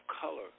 color